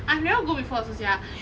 I've never go before also sia